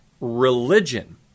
religion